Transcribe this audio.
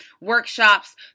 workshops